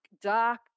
dark